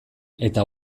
eta